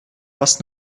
was